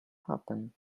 happen